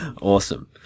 Awesome